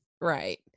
right